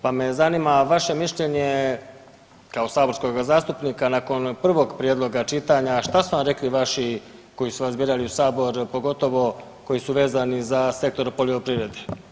Pa me zanima vaše mišljenje kao saborskoga zastupnika nakon prvoga prijedloga čitanja što su vam rekli vaši koji su vas birali u Sabor pogotovo koji su vezani za sektor poljoprivrede?